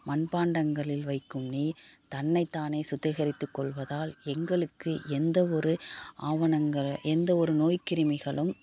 மண்பாண்டங்களில் வைக்கும் நீர் தன்னைத்தானே சுத்திகரித்து கொள்வதால் எங்களுக்கு எந்தவொரு ஆவணங்கள் எந்தவொரு நோய் கிருமிகளும்